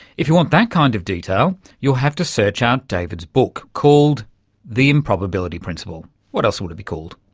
if you want that kind of detail you'll have to search out david's book called the improbability principle. what else would it be called?